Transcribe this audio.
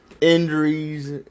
injuries